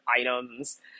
items